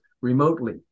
remotely